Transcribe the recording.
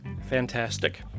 fantastic